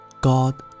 God